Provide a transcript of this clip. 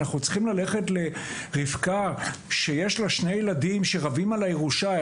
אנחנו צריכים ללכת לרבקה שיש לה שני ילדים שרבים על הירושה,